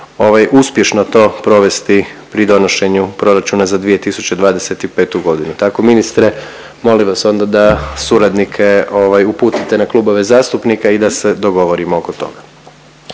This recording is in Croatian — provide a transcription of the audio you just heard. uspješno to provesti pri donošenju proračuna za 2025.g.. Tako ministre molim vas onda da suradnike uputite na klubove zastupnika i da se dogovorimo oko toga.